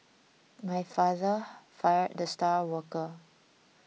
my father fired the star worker